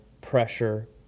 pressure